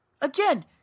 Again